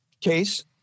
case